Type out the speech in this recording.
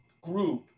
group